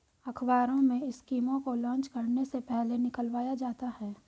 अखबारों में स्कीमों को लान्च करने से पहले निकलवाया जाता है